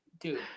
Dude